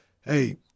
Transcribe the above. hey